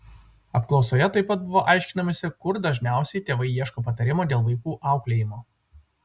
apklausoje taip pat buvo aiškinamasi kur dažniausiai tėvai ieško patarimo dėl vaikų auklėjimo